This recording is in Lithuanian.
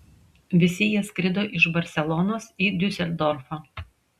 visi jie skrido iš barselonos į diuseldorfą